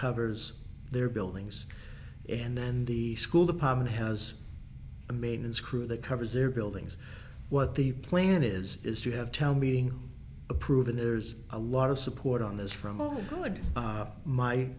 covers their buildings and then the school department has a maintenance crew that covers their buildings what the plan is is to have town meeting approve and there's a lot of support on this from a